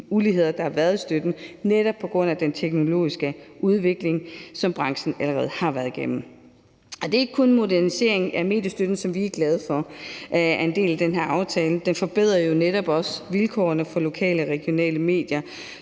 uligheder, der har været i støtten netop på grund af den teknologiske udvikling, som branchen allerede har været igennem. Det er ikke kun en modernisering af mediestøtten, som vi er glade for er en del af den her aftale; den forbedrer jo netop også vilkårene for lokale og regionale medier,